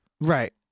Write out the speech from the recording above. right